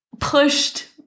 pushed